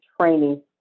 training